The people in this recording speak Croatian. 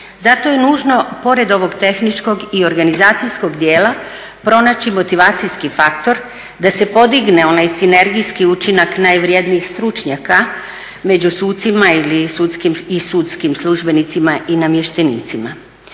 Zato je nužno pored ovog tehničkog i organizacijskog dijela pronaći motivacijski faktor da se podigne onaj sinergijski učinak najvrednijih stručnjaka među sucima ili i sudskim službenicima i namještenicima.